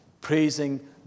praising